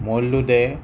মৰলো দে